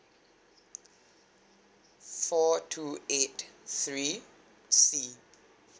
four two eight three C